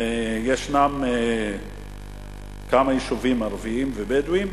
ישנם כמה יישובים ערביים ובדואיים,